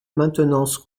maintenance